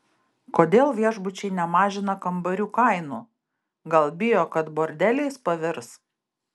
kodėl viešbučiai nemažina kambarių kainų gal bijo kad bordeliais pavirs